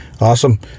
Awesome